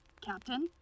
Captain